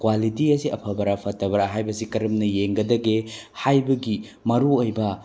quality ꯑꯁꯤ ꯑꯐꯕꯔꯥ ꯐꯠꯇꯕꯔꯥ ꯍꯥꯏꯕꯁꯤ ꯀꯔꯝꯅ ꯌꯦꯡꯒꯗꯒꯦ ꯍꯥꯏꯕꯒꯤ ꯃꯔꯨꯑꯣꯏꯕ